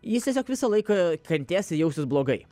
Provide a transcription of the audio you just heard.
jis tiesiog visą laiką kentėsi ir jausis blogai